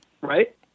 Right